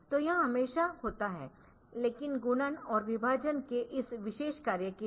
तो यह हमेशा होता है लेकिन गुणन और विभाजन के इस विशेष कार्य के लिए